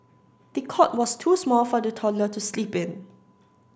the cot was too small for the toddler to sleep in